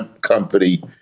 company